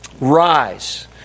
Rise